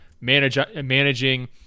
managing